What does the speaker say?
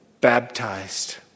baptized